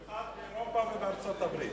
במיוחד באירופה ובארצות-הברית.